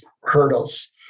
hurdles